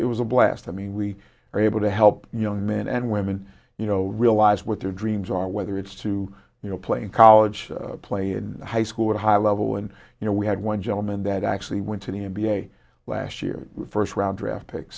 it was a blast i mean we are able to help young men and women you know realize what their dreams are whether it's to you know play in college play in high school at a high level and you know we had one gentleman that actually went to the n b a last year first round draft pick